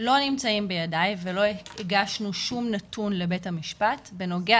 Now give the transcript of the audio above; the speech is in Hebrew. לא נמצאים בידיי ולא הגשנו שום נתון לבית המשפט בנוגע